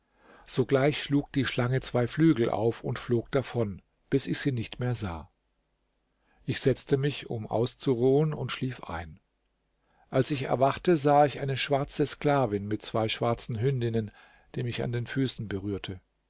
sogleich schlug die schlange zwei flügel auf und flog davon bis ich sie nicht mehr sah ich setzte mich um auszuruhen und schlief ein als ich erwachte sah ich eine schwarze sklavin mit zwei schwarzen hündinnen die mich an den füßen berührte